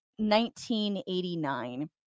1989